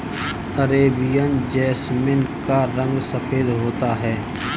Arabian jasmine का रंग सफेद होता है